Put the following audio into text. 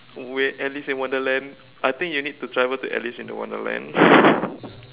where Alice in wonderland I think you need to travel to Alice in the wonderland